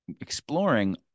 exploring